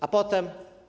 A potem?